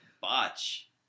botch